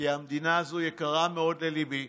כי המדינה הזו יקרה מאוד לליבי,